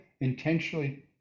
intentionally